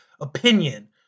opinion